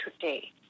today